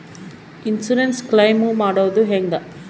Insurance claim ಮಾಡೋದು ಹೆಂಗ?